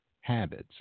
habits